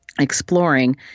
exploring